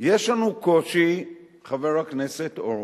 יש לנו קושי, חבר הכנסת הורוביץ,